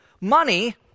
money